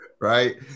right